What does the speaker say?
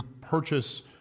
purchase